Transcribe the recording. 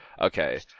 Okay